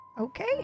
Okay